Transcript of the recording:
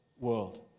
world